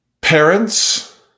Parents